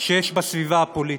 שיש בסביבה הפוליטית.